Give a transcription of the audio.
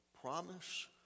promise